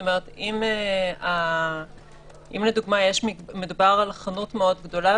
כלומר אם מדובר על חנות מאוד גדולה,